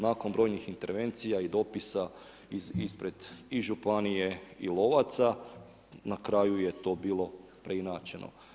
Nakon brojnih intervencija i dopisa iz ispred i županije i lovaca na kraju je to bilo preinačeno.